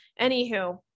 Anywho